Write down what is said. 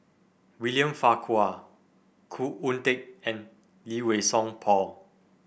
William Farquhar Khoo Oon Teik and Lee Wei Song Paul